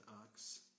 ox